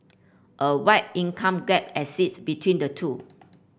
a wide income gap exists between the two